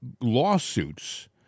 lawsuits